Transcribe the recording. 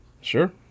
Sure